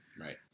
Right